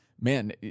man